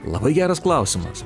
labai geras klausimas